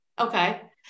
Okay